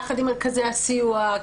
יחד עם מרכזי הסיוע,